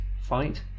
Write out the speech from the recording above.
fight